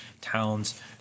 towns